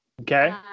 Okay